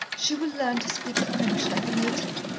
she will learn to speak french like a native,